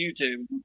YouTube